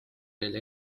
veel